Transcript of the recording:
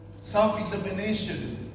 Self-examination